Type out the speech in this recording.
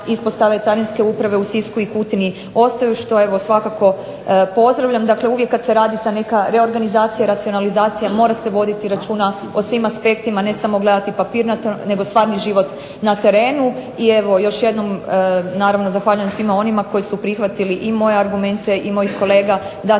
ispostave carinske uprave u Sisku i Kutini ostaju što evo svakako pozdravljam. Dakle uvijek kad se radi ta neka reorganizacija, racionalizacija mora se voditi računa o svim aspektima, ne samo gledati papirnato nego stvarni život na terenu. I evo još jednom zahvaljujem svima onima koji su prihvatili i moje argumente i mojih kolega da